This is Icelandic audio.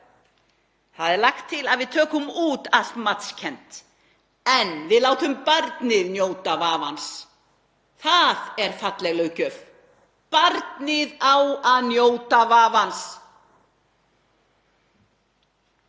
það er lagt til að við tökum út allt matskennt en við látum barnið njóta vafans. Það er falleg löggjöf. Barnið á að njóta vafans.